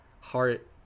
heart